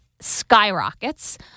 skyrockets